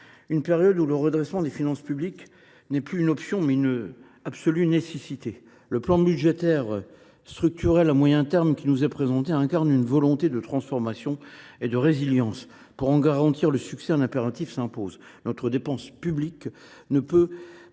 budgétaire. Le redressement des finances publiques n’est plus une option, mais une absolue nécessité. Le plan budgétaire et structurel à moyen terme qui nous est présenté incarne une volonté de transformation et de résilience. Pour en garantir le succès, un impératif s’impose : la dynamique de notre dépense publique ne peut pas excéder